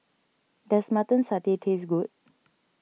does Mutton Satay taste good